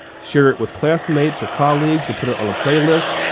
share it with classmates or colleagues, or put it on a playlist.